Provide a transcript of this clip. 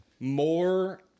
More